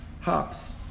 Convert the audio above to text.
Hops